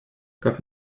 как